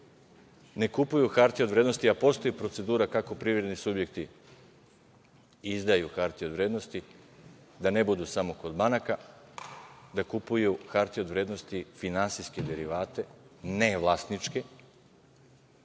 ne kupuju hartije od vrednosti, a postoji procedura kako privredni subjekti izdaju hartije od vrednosti, da ne budu samo kod banaka, da kupuju hartije od vrednosti, finansijske derivate, ne vlasničke,